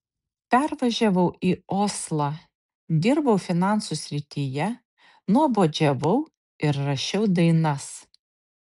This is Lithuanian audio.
pervažiavau į oslą dirbau finansų srityje nuobodžiavau ir rašiau dainas